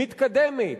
מתקדמת,